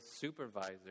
supervisor